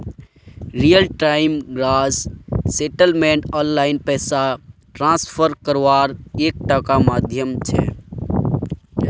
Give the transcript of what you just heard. real time gross settlement online पैसा transfer कारवार एक टा माध्यम छे